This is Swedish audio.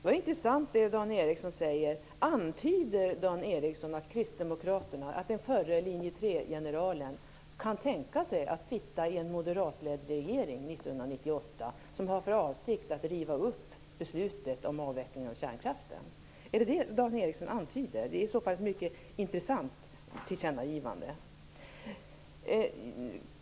Fru talman! Det Dan Ericsson säger är intressant. Kristdemokraterna kan tänka sig att sitta i en moderatledd regering 1998 som har för avsikt att riva upp beslutet om avvecklingen av kärnkraften? Är det vad Dan Ericsson antyder? Det är i så fall ett mycket intressant tillkännagivande.